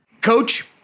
Coach